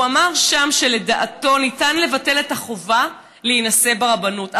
והוא אמר שם שלדעתו ניתן לבטל את החובה להינשא ברבנות,